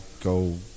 go